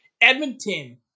Edmonton